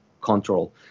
control